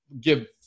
give